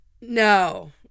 no